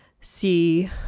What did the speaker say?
see